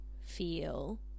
feel